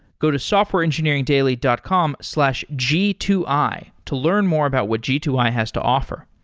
go to softwareengineeringdaily dot com slash g two i to learn more about what g two i has to offer.